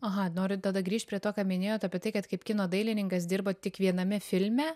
aha noriu tada grįžt prie to ką minėjot apie tai kad kaip kino dailininkas dirbot tik viename filme